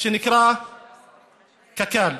שנקרא קק"ל.